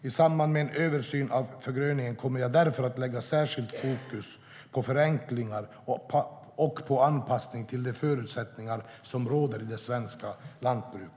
I samband med en översyn av förgröningen kommer jag därför att lägga särskilt fokus på förenklingar och på anpassning till de förutsättningar som råder i det svenska lantbruket.